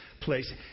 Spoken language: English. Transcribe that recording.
place